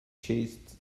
chests